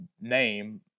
name